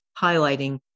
highlighting